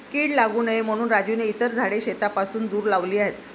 कीड लागू नये म्हणून राजूने इतर झाडे शेतापासून दूर लावली आहेत